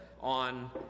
on